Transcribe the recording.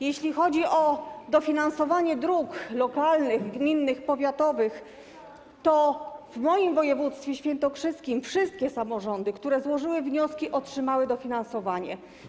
Jeśli chodzi o dofinansowanie dróg lokalnych, gminnych, powiatowych, to w moim województwie świętokrzyskim wszystkie samorządy, które złożyły wnioski, otrzymały dofinansowanie.